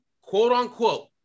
quote-unquote